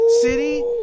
City